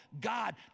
God